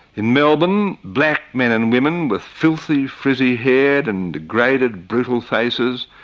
in melbourne, black men and women with filthy frizzy hair and degraded brutal faces,